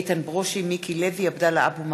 איתן ברושי, מיקי לוי, עבדאללה אבו מערוף,